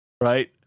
Right